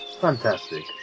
Fantastic